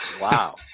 wow